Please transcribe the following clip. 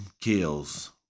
Kills